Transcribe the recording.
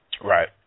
Right